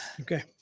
Okay